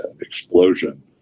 explosion